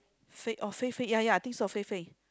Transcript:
Fei oh Fei-Fei ya ya I think so Fei-Fei